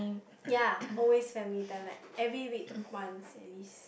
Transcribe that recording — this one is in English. ya always family time like every week once at least